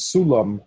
Sulam